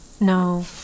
No